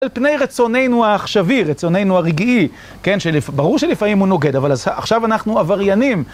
על פני רצוננו העכשווי, רצוננו הרגעי, כן? ש... ברור שלפעמים הוא נוגד, אבל עכשיו אנחנו עבריינים.